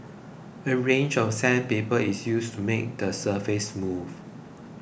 a range of sandpaper is used to make the surface smooth